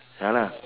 ya lah